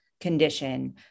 condition